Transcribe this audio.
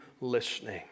listening